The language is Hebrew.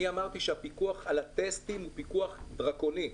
אני אמרתי שהפיקוח על הטסטים הוא פיקוח דרקוני,